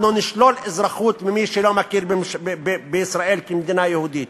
אנחנו נשלול אזרחות ממי שלא מכיר בישראל כמדינה יהודית.